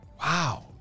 Wow